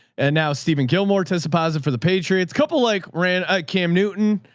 and now steven kilmore tests positive for the patriots couple like ran a cam newton,